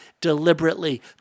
deliberately